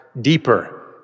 deeper